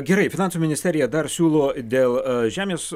gerai finansų ministerija dar siūlo dėl žemės